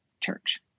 church